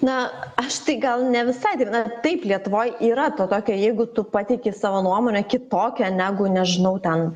na aš tai gal ne visai taip na taip lietuvoj yra to tokio jeigu tu pateiki savo nuomonę kitokią negu nežinau ten